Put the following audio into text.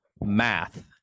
math